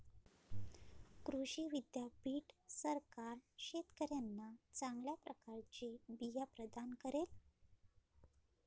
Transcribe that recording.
कृषी विद्यापीठ सरकार शेतकऱ्यांना चांगल्या प्रकारचे बिया प्रदान करेल